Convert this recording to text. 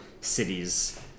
cities